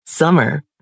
Summer